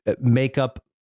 makeup